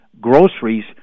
groceries